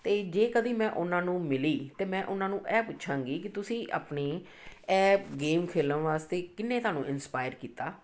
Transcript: ਅਤੇ ਜੇ ਕਦੇ ਮੈਂ ਉਹਨਾਂ ਨੂੰ ਮਿਲੀ ਤਾਂ ਮੈਂ ਉਹਨਾਂ ਨੂੰ ਇਹ ਪੁੱਛਾਂਗੀ ਕਿ ਤੁਸੀਂ ਆਪਣੀ ਇਹ ਗੇਮ ਖੇਲਣ ਵਾਸਤੇ ਕਿਹਨੇ ਤੁਹਾਨੂੰ ਇੰਸਪਾਇਰ ਕੀਤਾ